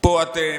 פה אתם,